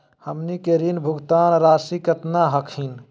हमनी के ऋण भुगतान रासी केतना हखिन?